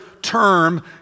term